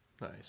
Nice